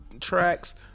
tracks